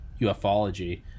ufology